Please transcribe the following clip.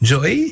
Joy